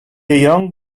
young